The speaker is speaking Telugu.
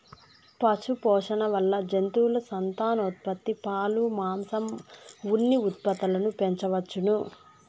పశుపోషణ వల్ల జంతువుల సంతానోత్పత్తి, పాలు, మాంసం, ఉన్ని ఉత్పత్తులను పెంచవచ్చును